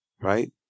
right